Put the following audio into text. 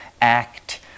act